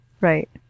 Right